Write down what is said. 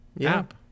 app